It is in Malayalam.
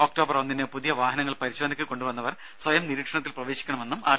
ഒക്ടോബർ ഒന്നിന് പുതിയ വാഹനങ്ങൾ പരിശോധനയ്ക്ക് കൊണ്ടുവന്നവർ സ്വയം നിരീക്ഷണത്തിൽ പ്രവേശിക്കണമെന്നും ആർ